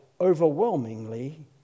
overwhelmingly